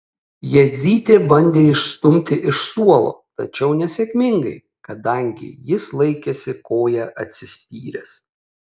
jadzytė bandė išstumti iš suolo tačiau nesėkmingai kadangi jis laikėsi koja atsispyręs